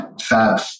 fab